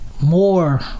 more